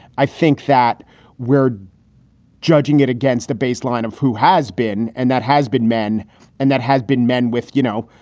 i think that we're judging it against the baseline of who has been. and that has been men and that has been men with, you know,